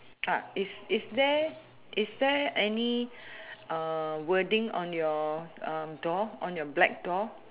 uh is is there is there any uh wording on your um door on your black door